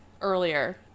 earlier